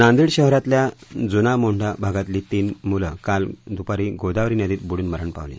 नांदेड शहरातल्या जूना मोंढा भागातली तीन मुलं काल दुपारी गोदावरी नदीत बुडून मरण पावली